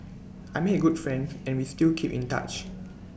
I made good friends and we still keep in touch